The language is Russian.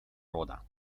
рода